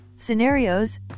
scenarios